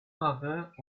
marins